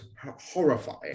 horrifying